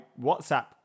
WhatsApp